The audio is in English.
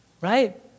right